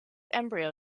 embryo